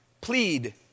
plead